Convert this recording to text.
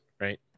right